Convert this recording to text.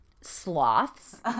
Sloths